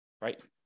right